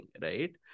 Right